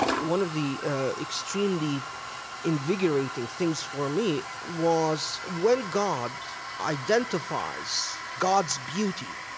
one of the extremely invigorating things for me was when god identifies god's beauty,